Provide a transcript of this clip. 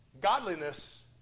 godliness